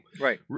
Right